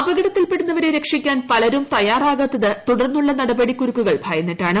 അപകടത്തിൽപ്പെടുന്നവരെ രക്ഷിക്കാൻ പലരും തയ്യാറാകാത്തത് തുടർന്നുള്ള നടപടി കുരുക്കുകൾ ഭയന്നിട്ടാണ്